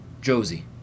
Josie